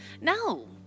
No